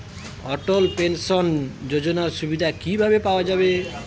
অটল pension যোজনার সুবিধা কি ভাবে পাওয়া যাবে?